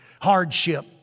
hardship